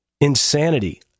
Insanity